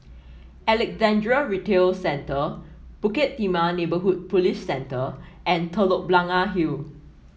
Alexandra Retail Centre Bukit Timah Neighbourhood Police Centre and Telok Blangah Hill